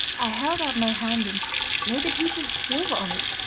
i held out my hand and laid a piece of silver on it.